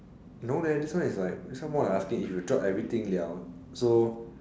no leh this one is like this one more like asking if you drop everything [liao] so